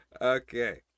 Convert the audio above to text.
Okay